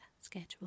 schedule